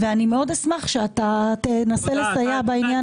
אני מאוד אשמח שתנסה לסייע בעניין הזה.